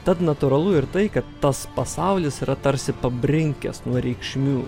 tad natūralu ir tai kad tas pasaulis yra tarsi pabrinkęs nuo reikšmių